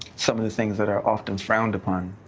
some of the things that are often frowned upon.